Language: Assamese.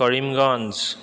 কৰিমগঞ্জ